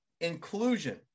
inclusion